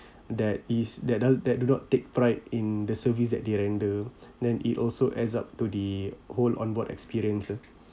that is that does that do not take pride in the service that they render then it also adds up to the whole on board experience